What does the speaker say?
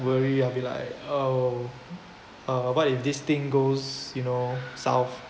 worry I'll be like oh uh what if this thing goes you know south